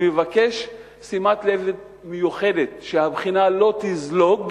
אני מבקש שימת לב מיוחדת שהבחינה לא תזלוג,